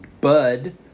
Bud